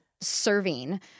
serving